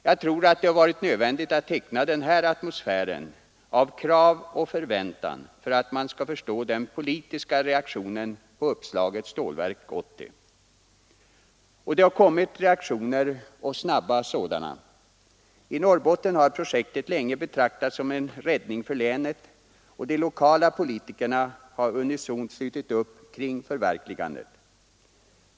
Jag tror att det har varit nödvändigt att teckna denna atmosfär av krav och förväntan för att man skall förstå den politiska reaktionen på uppslaget Stålverk 80. Det har kommit reaktioner, och snabba sådana. I Norrbotten har projektet länge betraktats som en räddning för länet, och de lokala politikerna har unisont slutit upp kring förverkligandet.